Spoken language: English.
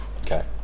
okay